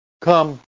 Come